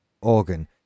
organ